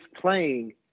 playing